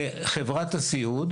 לחברת הסיעוד.